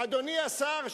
אדוני השר,